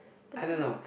I don't know